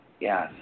Yes